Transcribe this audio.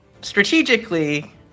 Strategically